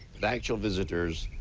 but actual visitors?